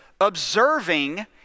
observing